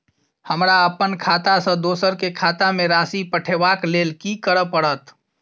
हमरा अप्पन खाता सँ दोसर केँ खाता मे राशि पठेवाक लेल की करऽ पड़त?